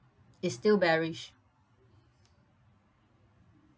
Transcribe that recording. it's still bearish